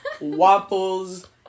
waffles